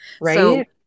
Right